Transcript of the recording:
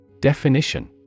Definition